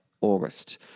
August